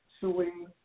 suing